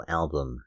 album